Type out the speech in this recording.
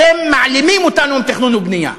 אתם מעלימים אותנו עם תכנון ובנייה,